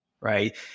right